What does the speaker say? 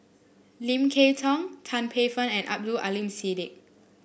Lim Kay Tong Tan Paey Fern and Abdul Aleem Siddique